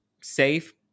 safe